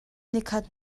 nikhat